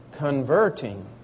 converting